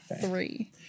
three